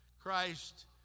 Christ